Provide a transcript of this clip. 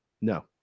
No